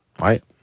Right